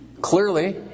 clearly